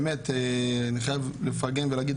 באמת אני חייב לפרגן ולהגיד,